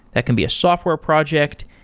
that can be a software project,